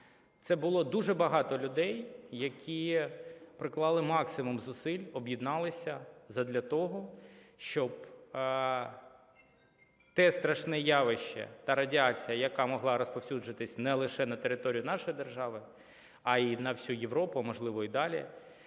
Це було дуже багато людей, які приклали максимум зусиль, об'єдналися задля того, щоб те страшне явище та радіація, яка могла розповсюдитись не лише на території нашої держави, а і на всю Європу, можливо і далі,